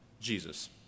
Jesus